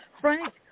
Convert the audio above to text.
Frank